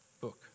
book